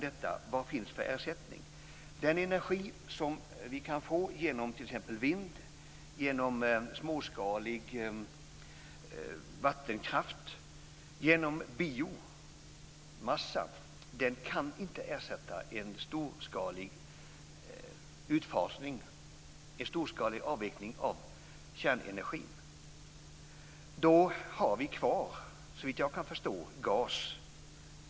Den energi som vi kan få genom t.ex. vind, småskalig vattenkraft och biomassa kan inte ersätta en storskalig avveckling av kärnenergin. Då har vi, såvitt jag kan förstå, gasen kvar.